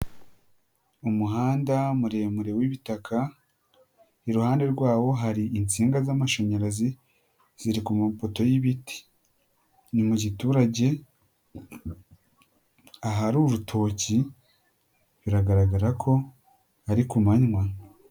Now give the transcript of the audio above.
Umuhanda muremure w'ibitaka, iruhande rwawo hari insinga z'amashanyarazi ziri ku mapoto y'ibiti. Ni mu giturage ahari urutoki biragaragara ko ari ku manywa.